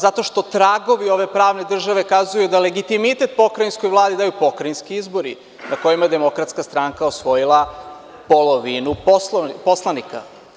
Zato što tragovi ove pravne države kazuju da legitimitet pokrajinskoj Vladi daju pokrajinski izbori, na kojima je Demokratska stranka osvojila polovinu poslanika.